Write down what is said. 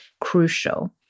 crucial